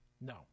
No